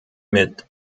mit